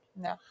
No